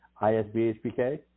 ISBHPK